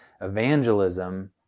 evangelism